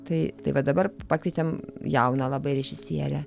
tai tai va dabar pakvietėm jauną labai režisierę